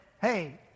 Hey